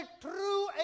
true